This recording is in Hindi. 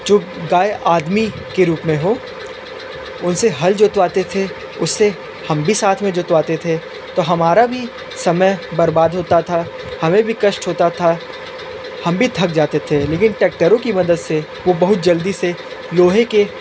जो गाय आदमी के रूप में हो उनसे हल जोतवाते थे उससे हम भी साथ में जोतवाते थे तो हमारा भी समय बर्बाद होता था हमें भी कष्ट होता था हम भी थक जाते थे लेकिन ट्रैक्टरों की मदद से वह बहुत जल्दी से लोहे के